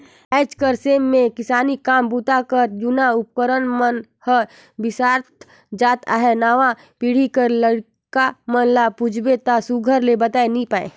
आएज कर समे मे किसानी काम बूता कर जूना उपकरन मन हर बिसरत जात अहे नावा पीढ़ी कर लरिका मन ल पूछबे ता सुग्घर ले बताए नी पाए